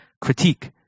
critique